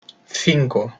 cinco